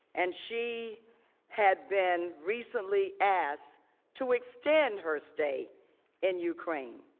and she had been recently asked to extend her stay in ukraine.